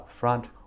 upfront